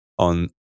on